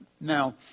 now